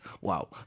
Wow